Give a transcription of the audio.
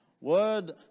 Word